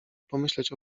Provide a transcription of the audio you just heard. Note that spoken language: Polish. pomyśleć